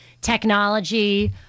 Technology